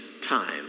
time